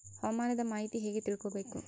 ಹವಾಮಾನದ ಮಾಹಿತಿ ಹೇಗೆ ತಿಳಕೊಬೇಕು?